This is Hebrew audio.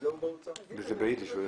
זה ביידיש.